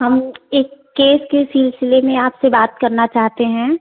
हम एक केस के सिलसिले में आपसे बात करना चाहते हैं